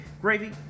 Gravy